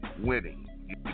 winning